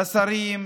לשרים,